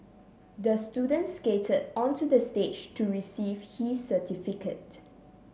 the student skated onto the stage to receive his certificate